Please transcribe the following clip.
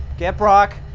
get brock,